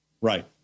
Right